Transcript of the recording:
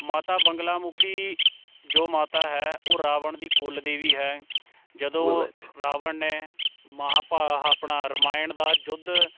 ਮਾਤਾ ਬੰਗਲਾ ਮੁਖੀ ਜੋ ਮਾਤਾ ਹੈ ਉਹ ਰਾਵਣ ਦੀ ਕੁੱਲ ਦੇਵੀ ਹੈ ਜਦੋਂ ਰਾਵਣ ਨੇ ਮਹਾਭਾ ਹਾ ਆਪਣਾ ਰਮਾਇਣ ਦਾ ਯੁੱਧ